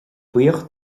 buíoch